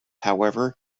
however